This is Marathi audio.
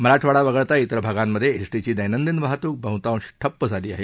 मराठवाडा वगळता इतर भागांमध्ये एसटीची दैनंदिन वाहतूक बहुतांश ठप्प झाली आहे